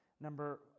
Number